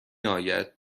آید